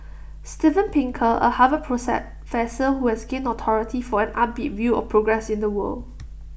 Steven Pinker A Harvard who has gained notoriety for an upbeat view of progress in the world